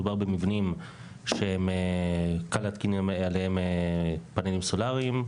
מדובר במבנים שקל להתקין עליהם פאנלים סולריים,